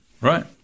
Right